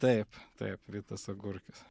taip taip vitas agurkis